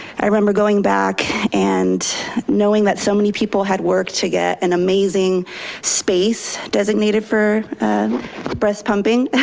i remember going back and knowing that so many people had worked to get an amazing space designated for breast pumping